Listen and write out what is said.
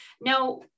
Now